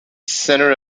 center